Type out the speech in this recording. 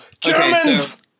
Germans